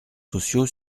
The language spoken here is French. sociaux